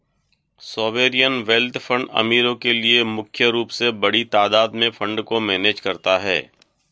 sovereign wealth fund अमीरो के लिए मुख्य रूप से बड़ी तादात में फंड को मैनेज करता है